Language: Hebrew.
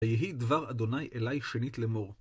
ויהי דבר אדוניי אליי שנית לאמור.